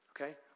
Okay